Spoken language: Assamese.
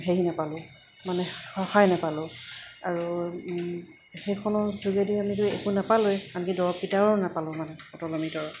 হেৰি নাপালোঁ মানে সহায় নাপালোঁ আৰু সেইখনৰ যোগেদিও আমিতো একো নাপালোঁৱে আনকি দৰবকেইটাও নাপালোঁ মানে অটল অমৃতৰ